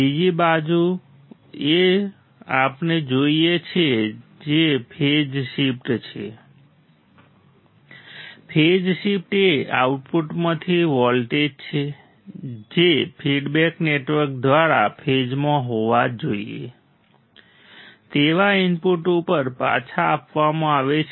બીજી વસ્તુ જે આપણે જોઈ છે તે ફેઝ શિફ્ટ છે ફેઝ શિફ્ટ એ આઉટપુટમાંથી વોલ્ટેજ છે જે ફીડબેક નેટવર્ક દ્વારા ફેઝમાં હોવા જોઈએ તેવા ઇનપુટ ઉપર પાછા આપવામાં આવે છે